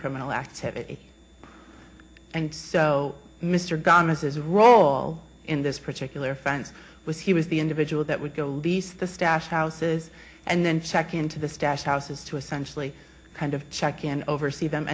criminal activity and so mr gone mrs role in this particular fans was he was the individual that would go east to stash houses and then check into the stash houses to essentially kind of check and oversee them